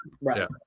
Right